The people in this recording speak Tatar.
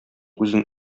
үзен